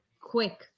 Quick